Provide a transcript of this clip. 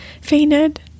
fainted